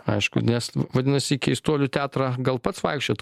aišku nes vadinasi į keistuolių teatrą gal pats vaikščiot